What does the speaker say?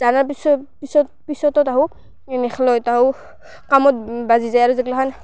জানাৰ পিছত পিছত পিছতো তাহো নেখেলৈ তাহো কামত বাজি যায় আৰু যিগলাখান